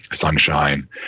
sunshine